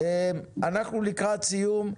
אנחנו לקראת סיום.